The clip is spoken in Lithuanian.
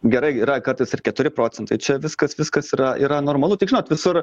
gerai yra kartais ir keturi procentai čia viskas viskas yra yra normalu tik žinot visur